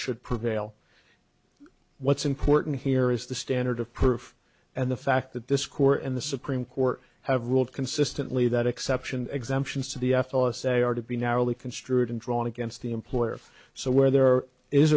should prevail what's important here is the standard of proof and the fact that this court and the supreme court have ruled consistently that exception exemptions to the f oss they are to be narrowly construed and drawn against the employer so where there is